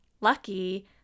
lucky